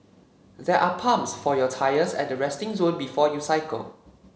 there are pumps for your tyres at the resting zone before you cycle